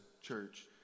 church